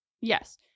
Yes